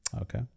Okay